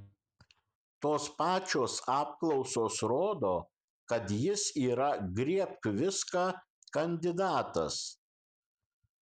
tos pačios apklausos rodo kad jis yra griebk viską kandidatas